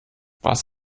was